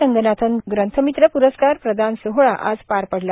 रंगनाथन ग्रंथमित्र प्रस्कार प्रदान सोहळा आज पार पडला